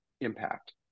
impact